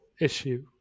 issue